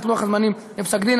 את לוח-הזמנים בפסק-דין.